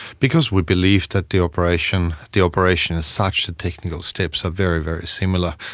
because we believed that the operation the operation is such that technical steps are very, very similar,